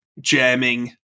jamming